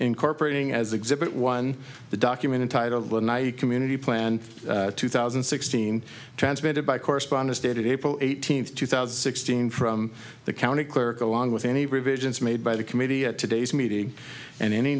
incorporating as exhibit one the document in title of the ny community plan two thousand and sixteen transmitted by correspondence dated april eighteenth two thousand sixteen from the county clerk along with any revisions made by the committee at today's meeting and any